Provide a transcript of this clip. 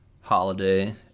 Holiday